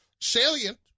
salient